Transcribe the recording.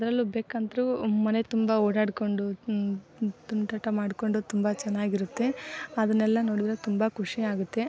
ಅದ್ರಲ್ಲು ಬೆಕ್ಕಂತು ಮನೆ ತುಂಬ ಓಡಾಡಿಕೊಂಡು ತುಂಟಾಟ ಮಾಡಿಕೊಂಡು ತುಂಬ ಚೆನ್ನಾಗಿರುತ್ತೆ ಅದನ್ನೆಲ್ಲ ನೋಡಿದರೆ ತುಂಬ ಖುಷಿಯಾಗುತ್ತೆ